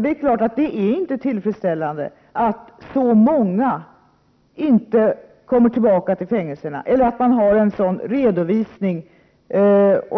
Det är klart att det inte är tillfredsställande att så många inte kommer tillbaka till fängelserna efter permission eller att man har en redovisning